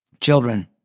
Children